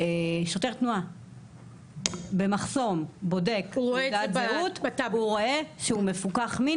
שוטר תנועה במחסום בודק ורואה שהוא מפוקח מין